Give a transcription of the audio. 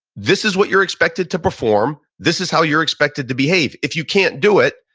this is what you're expected to perform. this is how you're expected to behave. if you can't do it,